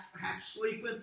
half-sleeping